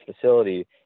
facility